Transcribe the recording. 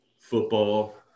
football